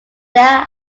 there